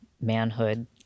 manhood